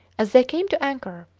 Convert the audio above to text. as they came to anchor,